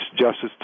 justice